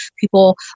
people